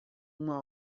uma